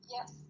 Yes